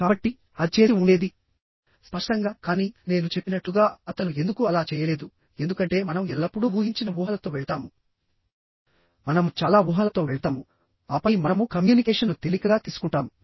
కాబట్టి అది చేసి ఉండేది స్పష్టంగా కానీ నేను చెప్పినట్లుగా అతను ఎందుకు అలా చేయలేదు ఎందుకంటే మనం ఎల్లప్పుడూ ఊహించిన ఊహలతో వెళ్తాము మనము చాలా ఊహలతో వెళ్తాము ఆపై మనము కమ్యూనికేషన్ను తేలికగా తీసుకుంటాము